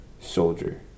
soldier